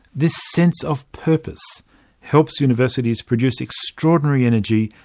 this sense of purpose helps universities produce extraordinary energy,